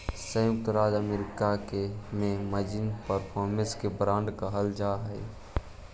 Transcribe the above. संयुक्त राज्य अमेरिका में मार्जिन के परफॉर्मेंस बांड कहल जा हलई